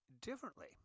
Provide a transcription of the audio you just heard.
differently